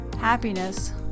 happiness